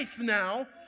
now